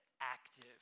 active